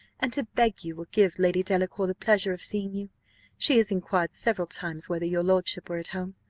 and to beg you will give lady delacour the pleasure of seeing you she has inquired several times whether your lordship were at home.